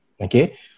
okay